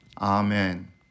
Amen